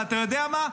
ואתה יודע מה,